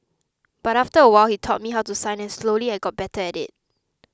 but after a while he taught me how to sign and slowly I got better at it